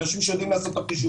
אנשים שיודעים לעשות את החישובים.